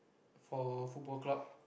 for Football Club